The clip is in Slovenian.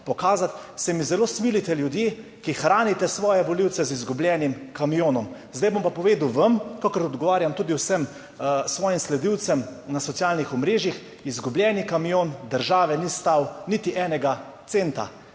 pokazati, se mi zelo smilite ljudje, ki hranite svoje volivce z izgubljenim kamionom. Zdaj bom pa povedal vam, kakor odgovarjam tudi vsem svojim sledilcem na socialnih omrežjih, izgubljeni kamion države ni stal niti enega centa.